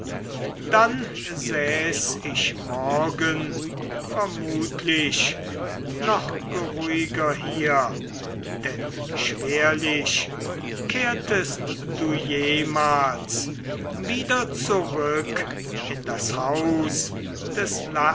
dann säß ich morgen vermutlich noch geruhiger hier denn schwerlich kehrtest du jemals wieder zurück in das haus des